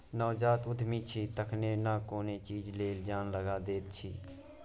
नवजात उद्यमी छी तखने न कोनो चीज लेल जान लगा दैत छी